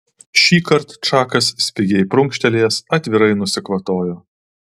šįkart čakas spigiai prunkštelėjęs atvirai nusikvatojo